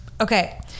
okay